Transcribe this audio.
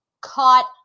caught